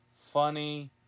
Funny